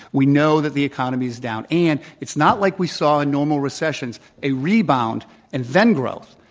we know that the economy is down. and it's not like we saw in normal recessions, a rebound and then growth.